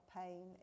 pain